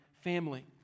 family